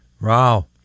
Wow